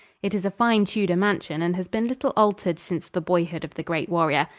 it is a fine tudor mansion and has been little altered since the boyhood of the great warrior.